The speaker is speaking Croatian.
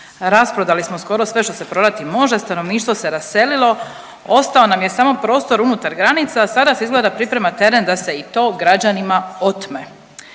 Rasprodali smo skoro sve to se prodati može, stanovništvo se raselilo, ostalo nam je samo prostor unutar granica, a a sada se izgleda priprema teren da se i to građanima otme.